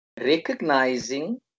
recognizing